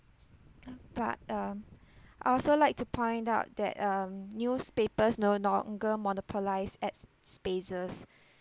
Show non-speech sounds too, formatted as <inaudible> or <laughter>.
but um I also like to point out that um newspapers no longer monopolised ads spaces <breath>